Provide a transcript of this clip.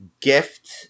gift